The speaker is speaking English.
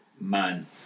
man